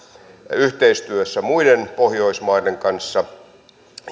yhteistyössä muiden pohjoismaiden kanssa